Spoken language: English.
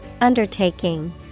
Undertaking